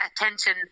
attention